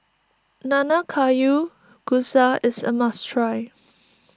Nanagayu Kusa is a must try